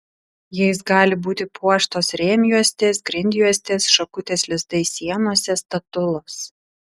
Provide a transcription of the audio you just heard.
jais gali būti puoštos rėmjuostės grindjuostės šakutės lizdai sienose statulos